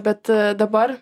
bet dabar